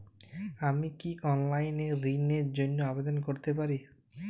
আমি কি অনলাইন এ ঋণ র জন্য আবেদন করতে পারি?